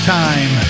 time